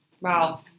Wow